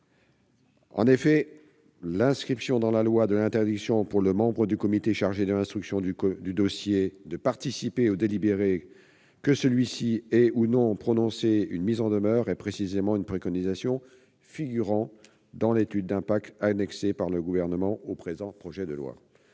En effet, l'inscription dans la loi de l'interdiction, pour le membre du comité chargé de l'instruction du dossier, de participer au délibéré, que celui-ci ait ou non prononcé une mise en demeure, est précisément une préconisation figurant dans l'étude d'impact annexée par le Gouvernement au présent projet de loi.